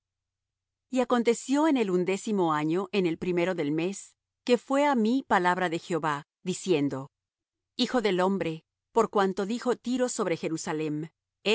y acontecio en el undécimo año en el primero del mes que fué á mí palabra de jehová diciendo hijo del hombre por cuanto dijo tiro sobre jerusalem